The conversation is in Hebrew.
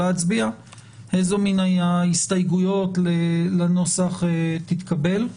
להצביע איזו מן ההסתייגויות לנוסח תתקבל.